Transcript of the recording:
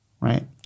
Right